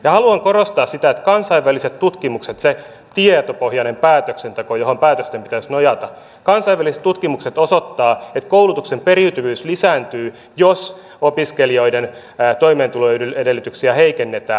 haluan korostaa sitä että kansainväliset tutkimukset se tietopohjainen päätöksenteko johon päätösten pitäisi nojata osoittavat että koulutuksen periytyvyys lisääntyy jos opiskelijoiden toimeentuloedellytyksiä heikennetään